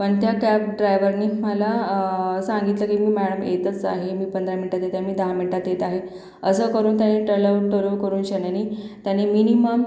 पण त्या कॅब ड्रायवरनी मला सांगितलं की मी मॅळम येतच आहे मी पंधरा मिनटात येत आहे मी दहा मिनटात येत आहे असं करून त्यांनी टलव टरव करून शन्यानी त्याने मिनिमम